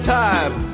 time